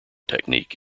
technique